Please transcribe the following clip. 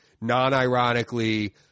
non-ironically